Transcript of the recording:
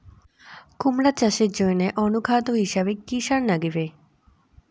কুমড়া চাষের জইন্যে অনুখাদ্য হিসাবে কি কি সার লাগিবে?